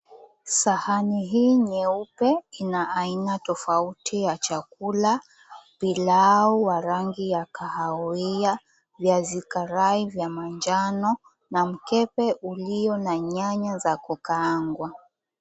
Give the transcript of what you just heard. Sahani hii nyeupe ina aina tofauti ya chakula. Pilau wa rangi ya kahawia, viazi karai vya manjano na mkebe ulio na nyanya za kukaangwa.